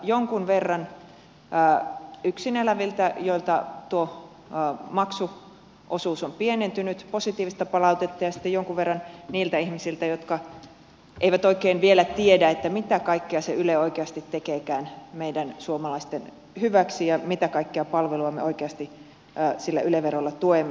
jonkun verran yksin eläviltä joilla tuo maksuosuus on pienentynyt positiivista palautetta ja sitten jonkun verran niiltä ihmisiltä jotka eivät oikein vielä tiedä mitä kaikkea se yle oikeasti tekeekään meidän suomalaisten hyväksi ja mitä kaikkia palveluja me oikeasti sillä yle verolla tuemme